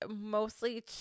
mostly